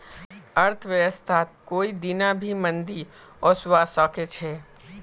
अर्थव्यवस्थात कोई दीना भी मंदी ओसवा सके छे